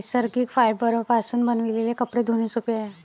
नैसर्गिक फायबरपासून बनविलेले कपडे धुणे सोपे आहे